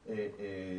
שצולמה באיזה מכשיר...